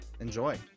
Enjoy